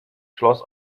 schloss